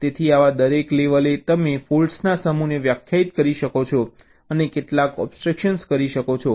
તેથી આવા દરેક લેવલે તમે ફૉલ્ટના સમૂહને વ્યાખ્યાયિત કરી શકો છો અને કેટલાક એબ્સ્ટ્રેક્શન કરી શકો છો